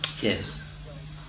Yes